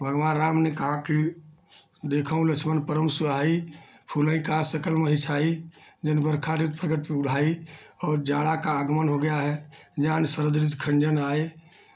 भगवान राम ने कहा कि देखो लछमन परम सुहाई फ़ूलै काज सकल मोहे छाई जब वर्षा ऋतु प्रकट भाई और जाड़ा का आगमन हो गया है जहाँ न शरद ऋतु खन्जन आए